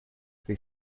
they